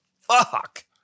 fuck